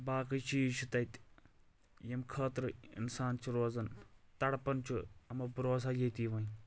باقٕے چیٖز چھِ تتہِ یِم خٲطرٕ انسان چھُ روزان تڑپان چھُ اما بہٕ روزٕ ہا ییٚتی وۄنۍ